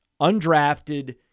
Undrafted